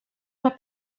más